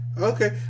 Okay